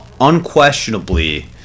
unquestionably